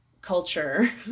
culture